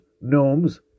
gnomes